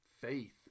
faith